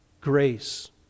Grace